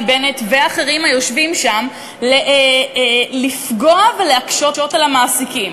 בנט ואחרים היושבים שם לפגוע ולהקשות על המעסיקים.